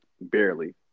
barely